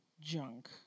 junk